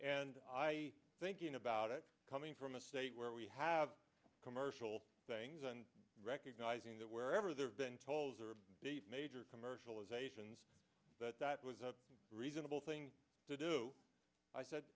and i think about it coming from a state where we have commercial things and recognizing that wherever there have been told there are major commercialization that was a reasonable thing to do i said